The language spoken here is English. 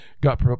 got